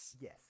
Yes